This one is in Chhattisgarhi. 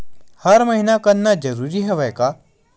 हर महीना करना जरूरी हवय का?